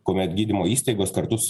kuomet gydymo įstaigos kartus